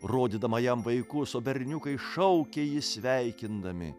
rodydama jam vaikus o berniukai šaukė jį sveikindami